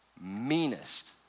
meanest